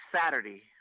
Saturday